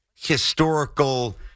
Historical